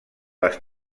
les